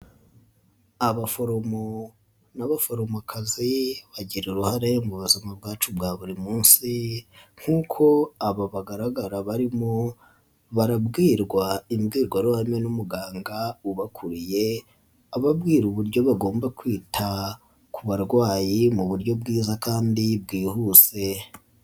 Abaforomo n'abaforomokazi bagira uruhare mu buzima bwacu bwa buri munsi nk'uko aba bagaragara barimo barabwirwa imbwirwaruhareme n'umuganga ubakuriye ababwira uburyo bagomba kwita ku barwayi mu buryo bwiza kandi bwihuse.